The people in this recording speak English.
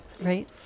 Right